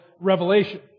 revelation